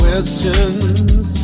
Questions